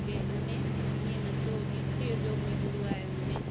के हिन में ईअं नचो नितीअ जो बि हूंदो आहे हुन में